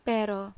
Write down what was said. Pero